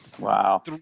Wow